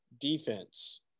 defense